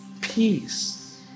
peace